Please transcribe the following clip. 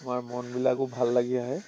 আমাৰ মনবিলাকো ভাল লাগি আহে